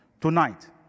Tonight